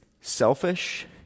selfish